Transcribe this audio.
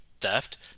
theft